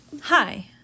Hi